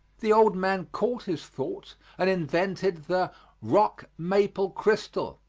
the old man caught his thought and invented the rock maple crystal,